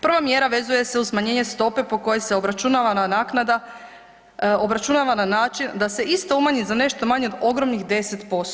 Prva mjera vezuje se uz smanjenje stope po kojoj se obračunava naknada na način da se isto umanji za nešto manje od ogromnih 10%